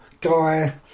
guy